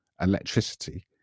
electricity